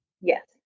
Yes